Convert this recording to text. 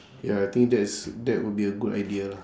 ya I think that's that would be a good idea lah